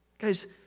Guys